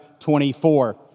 24